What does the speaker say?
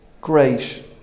great